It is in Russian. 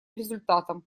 результатом